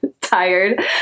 tired